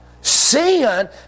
Sin